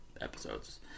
episodes